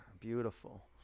Beautiful